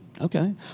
Okay